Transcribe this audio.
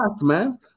man